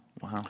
Wow